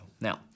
Now